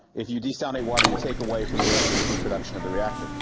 if you desalinate water you take away from the electricity production of the reactor.